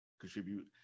contribute